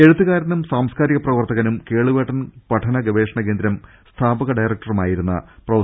എഴുത്തുകാരനും സാംസ്കാരിക പ്രവർത്തകനും കേളുഏട്ടൻ പഠനഗവേഷണകേന്ദ്രം സ്ഥാപക ഡയറക്ടറുമായിരുന്ന പ്രൊഫ